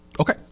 Okay